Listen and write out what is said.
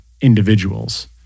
individuals